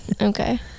Okay